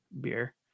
beer